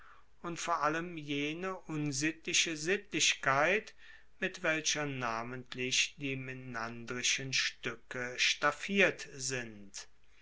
und vor allem jene unsittliche sittlichkeit mit welcher namentlich die menandrischen stuecke staffiert sind